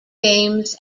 games